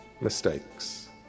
mistakes